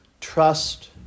trust